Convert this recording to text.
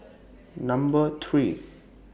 Number three